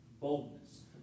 boldness